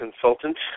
consultant